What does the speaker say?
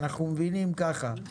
אנחנו מבינים ככה.